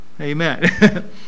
Amen